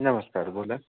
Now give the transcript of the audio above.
नमस्कार बोला